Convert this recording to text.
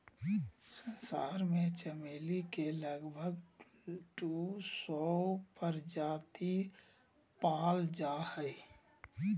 संसार में चमेली के लगभग दू सौ प्रजाति पाल जा हइ